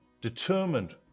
Determined